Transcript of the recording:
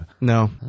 No